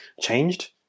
changed